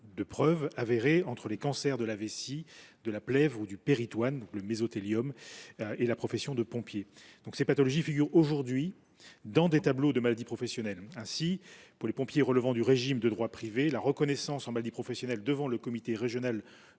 de causalité avérée entre les cancers de la vessie, de la plèvre – le mésothéliome – ou du péritoine et la profession de pompier. Ces pathologies figurent aujourd’hui dans des tableaux de maladies professionnelles. Ainsi, pour les pompiers relevant du régime de droit privé, la reconnaissance en maladie professionnelle devant le comité régional